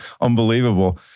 unbelievable